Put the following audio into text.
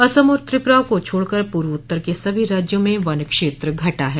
असम और त्रिप्रा को छोड़कर पूर्वोत्तर के सभी राज्यों में वनक्षेत्र घटा है